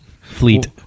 fleet